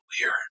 weird